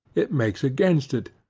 it makes against it,